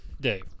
Dave